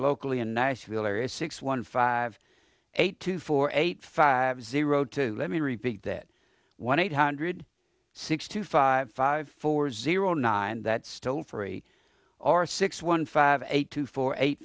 locally in niceville are six one five eight two four eight five zero two let me repeat that one eight hundred six two five five four zero nine that still free or six one five eight two four eight